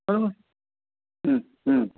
બરાબર હં હં